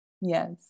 Yes